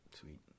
Sweet